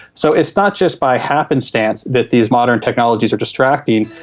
so it's not just by happenstance that these modern technologies are distracting,